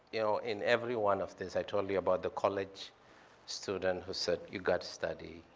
you know in every one of these, i told you about the college student who said, you got to study,